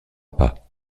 pas